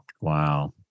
Wow